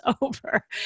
over